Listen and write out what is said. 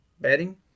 bedding